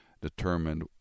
determined